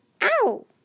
Ow